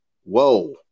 whoa